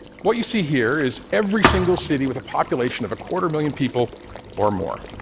what you see here is every single city with a population of a quarter million people or more.